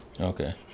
okay